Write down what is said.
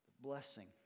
blessing